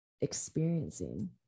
experiencing